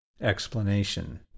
Explanation